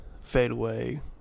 fadeaway